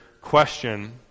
question